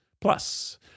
Plus